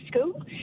school